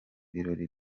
birori